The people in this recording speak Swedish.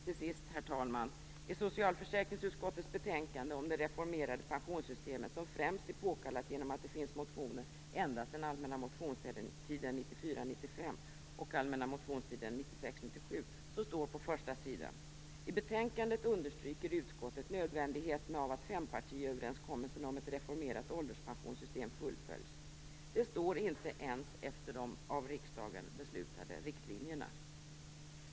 Till sist, herr talman, vill jag påpeka att det på första sidan i socialförsäkringsutskottets betänkande om det reformerade pensionssystemet, som främst är påkallat genom att det finns motioner ända sedan allmänna motionstiden 1994 97, står: I betänkandet understryker utskottet nödvändigheten av att fempartiöverenskommelsen om ett reformerat ålderspensionssystem fullföljs. Det står inte ens "efter de av riksdagen beslutade riktlinjerna".